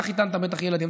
אתה חיתנת בטח ילדים,